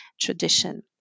tradition